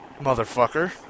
Motherfucker